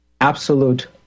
absolute